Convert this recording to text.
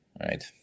right